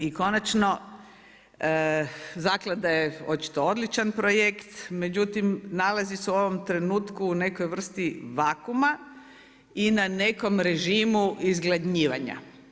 I konačno, Zaklada je očito odličan projekt međutim nalazi se u ovom trenutku u nekoj vrsti vakuuma i na nekom režimu izgladnjivanja.